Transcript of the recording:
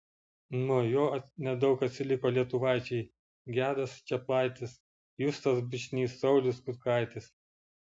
nuo jo nedaug atsiliko lietuvaičiai gedas čeplaitis justas bučnys saulius kutkaitis